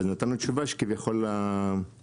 אז נתנו תשובה שכביכול הרגולטור,